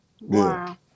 Wow